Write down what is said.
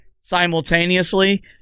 simultaneously